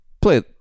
Play